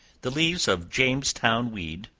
the leaves of jamestown weed,